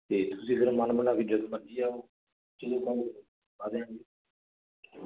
ਤੇ ਤੁਸੀਂ ਫਿਰ ਮਨ ਬਣਾ ਕੇ ਜਦੋ ਮਰਜੀ ਆਇਓ